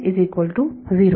विद्यार्थी 0